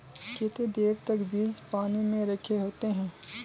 केते देर तक बीज पानी में रखे होते हैं?